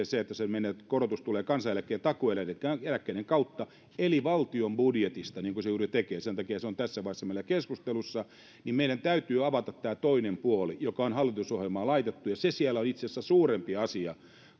se että se menetetty korotus tulee kansaneläkkeen takuueläkkeen kautta eli valtion budjetista niin kuin se juuri tekee sen takia se on tässä vaiheessa meillä keskustelussa niin meidän täytyy avata tämä toinenkin puoli joka on hallitusohjelmaan laitettu se siellä on itse asiassa suurempi asia